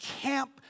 camp